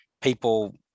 people